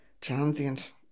transient